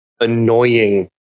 annoying